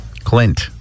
Clint